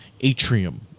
atrium